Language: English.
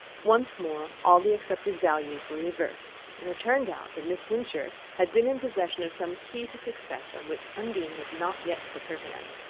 once more all the accepted values were reversed, and it turned out that miss wincher had been in possession of some key to success on which undine had not yet put her hand.